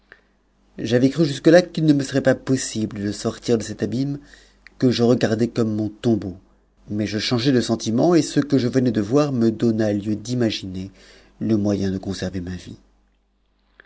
j'avais cru jusque là qu'il ne me serait pas possible de sortir de abîme que je regardais comme mon tombeau mais je changeai de sentiment et ce que je venais de voir me donna lieu d'imaginer le moy de conserver ma vie